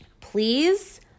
Please